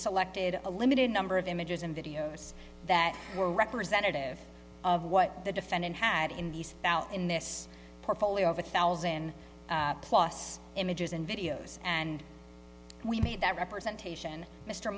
selected a limited number of images and videos that were representative of what the defendant had in d c in this portfolio of a thousand plus images and videos and we made that representation mr